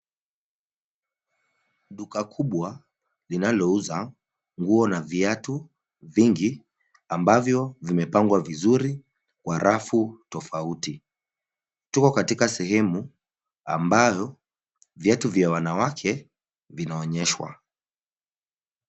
Duka kubwa linalouza nguo na viatu vingi ambavyo vimepangwa vizuri kwa rafu tofauti. Tuko katika sehemu ambayo viatu vya wanawake vinaonyeshwa.